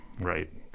right